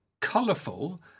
colourful